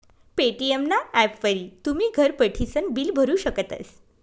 Paytm ना ॲपवरी तुमी घर बठीसन बिल भरू शकतस